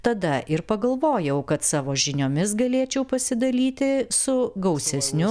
tada ir pagalvojau kad savo žiniomis galėčiau pasidalyti su gausesniu